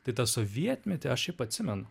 tai tą sovietmetį aš šiaip atsimenu